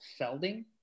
felding